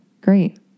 Great